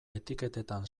etiketetan